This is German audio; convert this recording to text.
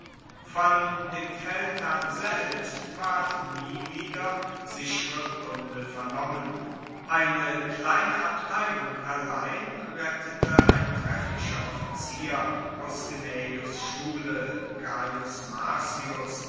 von dem feldherrn selbst ward nie wieder sichere kunde vernommen eine kleine abteilung allein rettete ein trefflicher offizier aus gnaeus schule